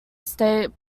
state